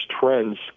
trends